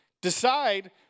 decide